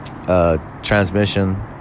Transmission